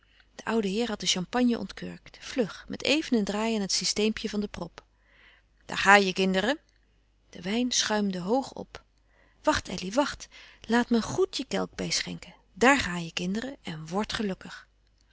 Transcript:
de oude heer had de champagne ontkurkt vlug met even een draai aan het systeempje van de prop daar ga je kinderen de wijn schuimde hoog op wacht elly wacht laat me ged je kelk bij schenken daar ga je kinderen en wordt gelukkig